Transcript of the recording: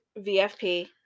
VFP